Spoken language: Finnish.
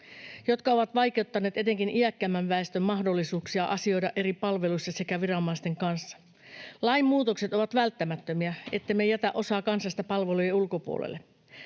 jotka ovat vaikeuttaneet etenkin iäkkäämmän väestön mahdollisuuksia asioida eri palveluissa sekä viranomaisten kanssa. Lainmuutokset ovat välttämättömiä, ettemme jätä osaa kansasta palvelujen ulkopuolelle.